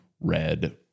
red